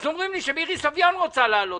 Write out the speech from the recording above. אז אומרים לי שמירי סביון רוצה לעלות.